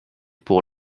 pour